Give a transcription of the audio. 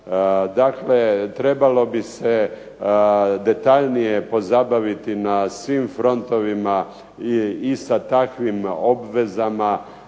Dakle, trebalo bi se detaljnije pozabaviti na svim frontovima i sa takvim obvezama